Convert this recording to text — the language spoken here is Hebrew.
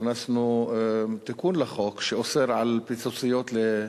הכנסנו תיקון לחוק שאוסר על "פיצוציות"